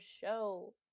show